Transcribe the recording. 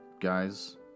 guys